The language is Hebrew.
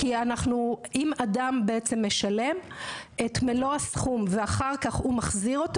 כי אם אדם משלם את מלוא הסכום ואחר כך מחזיר אותו